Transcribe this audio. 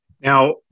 Now